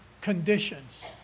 conditions